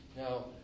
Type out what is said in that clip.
Now